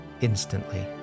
instantly